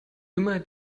immer